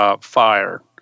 fire